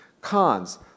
Cons